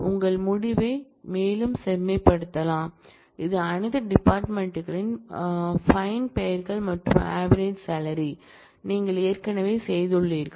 உங்கள் முடிவை மேலும் செம்மைப்படுத்தலாம் இது அனைத்து டிபார்ட்மென்ட் களின் பைன் பெயர்கள் மற்றும் ஆவேரேஜ் சாலரி நீங்கள் ஏற்கனவே செய்துள்ளீர்கள்